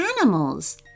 animals